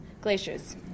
glaciers